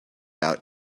out